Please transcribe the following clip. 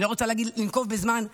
אני לא רוצה לנקוב בזמן,